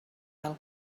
del